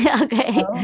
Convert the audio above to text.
okay